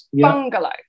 bungalow